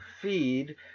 Feed